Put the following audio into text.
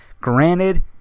Granted